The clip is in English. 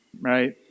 right